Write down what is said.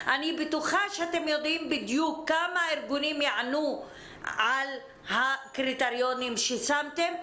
אני בטוחה שאתם יודעים בדיוק כמה ארגונים יענו על הקריטריונים ששמתם,